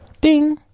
Ding